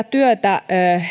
työtä